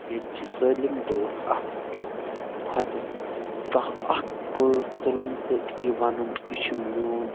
ییٚتہِ چھِ سٲلِم بٲتھ اکھ أکِس کھۄتہٕ کانٛہہ اکھ بٲتھ تُلُن تہٕ یہِ ونُن یہِ چھُ میون